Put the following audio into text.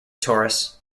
taurus